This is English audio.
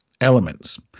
elements